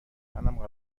منم